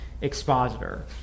expositor